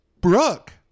Brooke